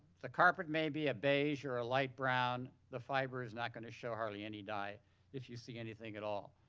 the carpet may be a beige or a light brown. the fiber is not gonna show hardly any dye if you see anything at all.